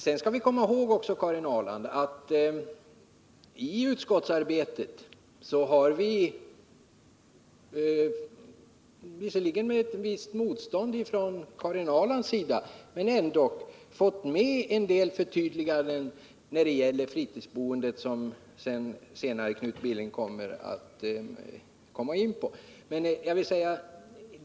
: Sedan skall vi också komma ihåg, Karin Ahrland, att vi i utskottsarbetet — låt vara med ett visst motstånd från Karin Ahrland — fått med en del förtydliganden när det gäller fritidsboendet, något som Knut Billing senare kommer att beröra.